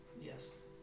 Yes